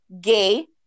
gay